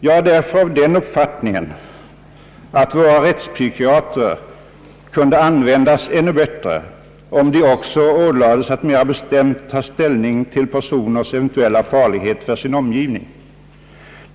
Jag är därför av den uppfattningen, att våra rättspsykiatrer kunde användas ännu bättre om de också ålades att mera bestämt ta ställning till personers eventuella farlighet för sin omgivning.